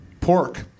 pork